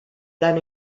tan